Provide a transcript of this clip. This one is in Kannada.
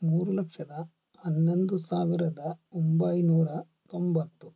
ಮೂರು ಲಕ್ಷದ ಹನ್ನೊಂದು ಸಾವಿರದ ಒಂಬೈನೂರ ತೊಂಬತ್ತು